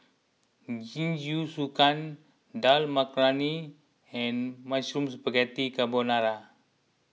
Jingisukan Dal Makhani and Mushroom Spaghetti Carbonara